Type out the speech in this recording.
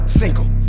single